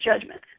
judgment